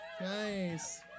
Nice